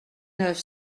neuf